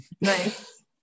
Nice